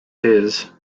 his